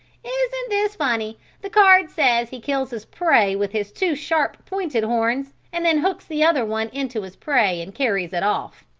isn't this funny, the card says he kills his prey with his two sharp pointed horns and then hooks the other one into his prey and carries it off.